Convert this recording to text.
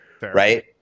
right